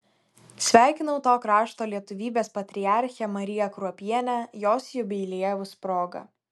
sveikinau to krašto lietuvybės patriarchę mariją kruopienę jos jubiliejaus proga